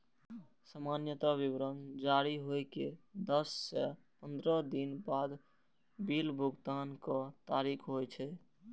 सामान्यतः विवरण जारी होइ के दस सं पंद्रह दिन बाद बिल भुगतानक तारीख होइ छै